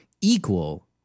equal